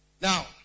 Now